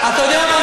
אתה יודע מה,